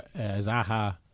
Zaha